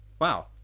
wow